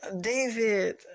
David